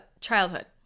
childhood